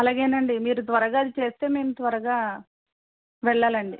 అలాగే అండి మీరు త్వరగా అది చేస్తే మేము త్వరగా వెళ్ళాలండి